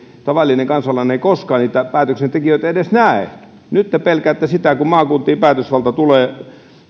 tavallinen kansalainen ei koskaan niitä päätöksentekijöitä edes näe nyt te rupeatte pelkäämään sitä että päätösvalta tulee